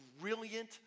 brilliant